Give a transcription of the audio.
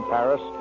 Paris